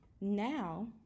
Now